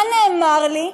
מה נאמר לי?